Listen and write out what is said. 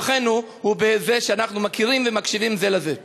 וכוחנו הוא בזה שאנחנו מכירים ומקשיבים זה לזה.